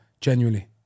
Genuinely